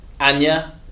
Anya